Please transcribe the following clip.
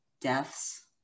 deaths